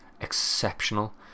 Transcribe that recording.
exceptional